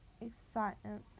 excitement